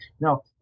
Now